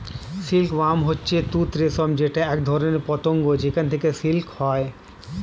silk worm হচ্ছে তুত রেশম যেটা একধরনের পতঙ্গ যেখান থেকে সিল্ক হয়